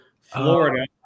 Florida